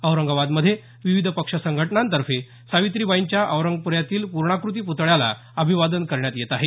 औरंगाबादमध्ये विविध पक्ष संघटनांतर्फे सावित्रीबाईंच्या औरंगप्ऱ्यातील प्रर्णाकृती प्रतळ्याला अभिवादन करण्यात येत आहे